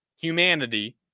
humanity